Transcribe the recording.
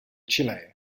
chile